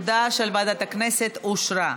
ההודעה של ועדת הכנסת אושרה.